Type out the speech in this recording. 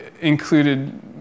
included